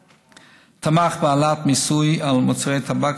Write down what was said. תמך בהעלאת מיסוי על מוצרי טבק,